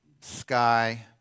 sky